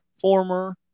former